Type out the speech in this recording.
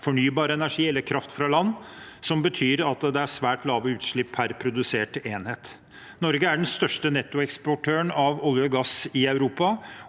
fornybar energi eller kraft fra land, noe som betyr at det er svært lave utslipp per produserte enhet. Norge er den største nettoeksportøren av olje og gass i Europa.